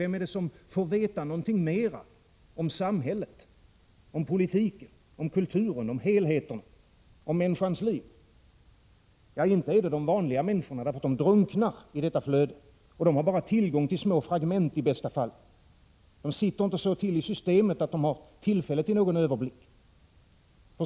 Vem är det som får veta någonting mera om samhället, politiken, kulturen, helheten, människans liv? Ja, inte är det de vanliga människorna, därför att de drunknar i detta flöde. Och de har i bästa fall bara tillgång till små fragment. De sitter inte så till i systemet att de har tillfälle till någon överblick.